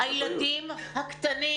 צריך לראות שהילדים הקטנים